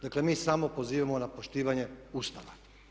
Dakle, mi samo pozivamo na poštivanje Ustava.